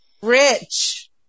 Rich